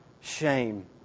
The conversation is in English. shame